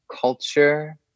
culture